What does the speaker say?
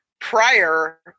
prior